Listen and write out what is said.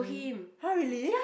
!huh! really